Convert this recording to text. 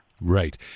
Right